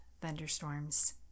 thunderstorms